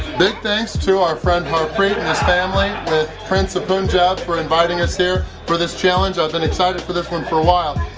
big thanks to our friend harpreet and his family at prince of punjab for inviting us here for this challenge! i've been excited for this one for a while!